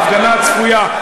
ההפגנה הצפויה,